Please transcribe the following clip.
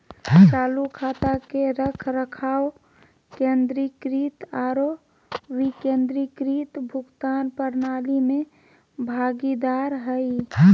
चालू खाता के रखरखाव केंद्रीकृत आरो विकेंद्रीकृत भुगतान प्रणाली में भागीदार हइ